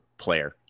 player